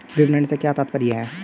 विपणन से क्या तात्पर्य है?